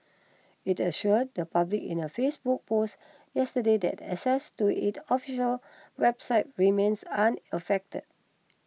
it assured the public in a Facebook post yesterday that access to its official website remains unaffected